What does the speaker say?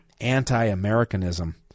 anti-Americanism